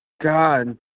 God